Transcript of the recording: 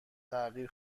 تغییر